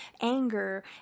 anger